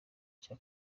cya